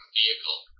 vehicle